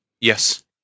Yes